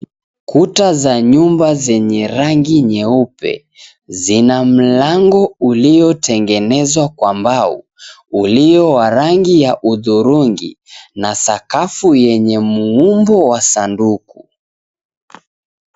Kuta za nyumba zenye rangi nyeupe, zina mlango uliotengenezwa kwa mbao ulioa wa rangi ya udhurungi na sakafuni yenye muumbo wa sanduku.